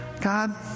God